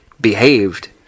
behaved